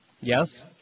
Yes